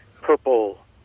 purple